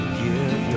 give